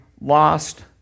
lost